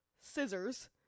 scissors